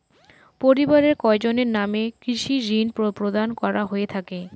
পরিবারের কয়জনের নামে কৃষি ঋণ প্রদান করা হয়ে থাকে?